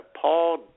Paul